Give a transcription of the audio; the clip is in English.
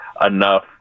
enough